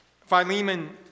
Philemon